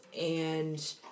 and-